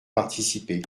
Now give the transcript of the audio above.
participer